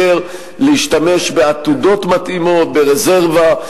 מאפשר להשתמש בעתודות מתאימות, רזרבה.